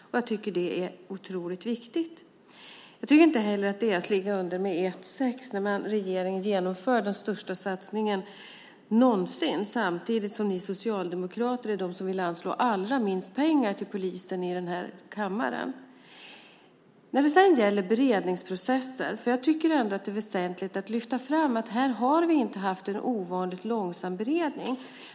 Jag tycker att det är otroligt viktigt. Jag tycker heller inte att vi ligger under med ett-sex när regeringen nu genomför den största satsningen någonsin samtidigt som ni socialdemokrater är de som vill anslå allra minst pengar till polisen. När det gäller beredningsprocessen är det väsentligt att framhålla att vi här inte har haft en sedvanligt långsam beredning.